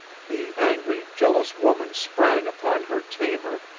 the angry, jealous woman sprang upon her tamer,